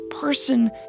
person